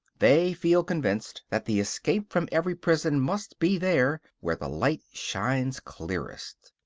they feel convinced that the escape from every prison must be there where the light shines clearest.